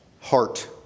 heart